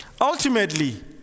ultimately